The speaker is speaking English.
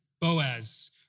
Boaz